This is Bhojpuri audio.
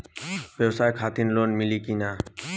ब्यवसाय खातिर लोन मिली कि ना?